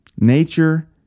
nature